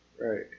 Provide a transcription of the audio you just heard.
Right